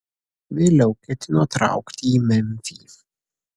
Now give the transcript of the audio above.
vėliau ketino traukti į memfį